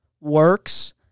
works